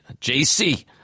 JC